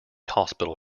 hospital